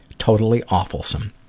totally awfulsome.